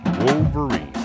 Wolverine